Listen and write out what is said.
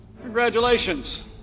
congratulations